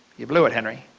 you blew it henry.